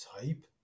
type